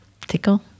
tickle